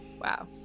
Wow